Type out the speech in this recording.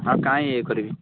ଆଉ କାଇଁ ଇଏ କରିବି